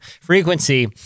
frequency